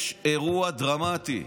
יש אירוע דרמטי.